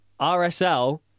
RSL